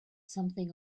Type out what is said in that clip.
something